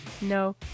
No